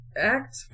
Act